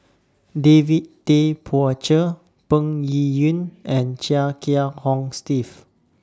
David Tay Poey Cher Peng Yuyun and Chia Kiah Hong Steve